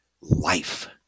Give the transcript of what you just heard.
life